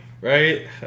right